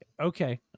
Okay